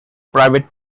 private